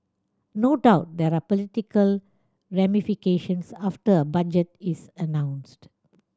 no doubt there are political ramifications after a budget is announced